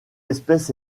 espèce